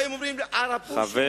באים ואומרים: ערבושים,